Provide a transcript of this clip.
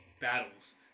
battles